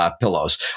pillows